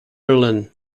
berlin